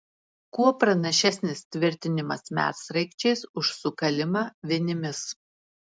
kuo pranašesnis tvirtinimas medsraigčiais už sukalimą vinimis